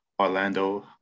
Orlando